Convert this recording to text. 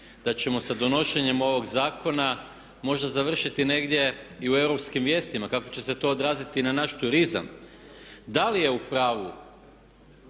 da ćemo sa donošenjem ovog zakon možda završiti negdje i u europskim vijestima, kako će se to odraziti na naš turizam? Da li je u pravu